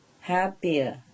happier